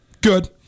Good